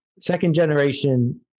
Second-generation